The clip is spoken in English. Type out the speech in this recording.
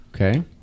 Okay